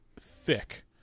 thick